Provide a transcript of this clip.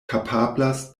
kapablas